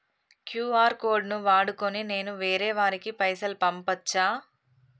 QR code ను వాడుకొని నేను వేరే వారికి పైసలు పంపచ్చా?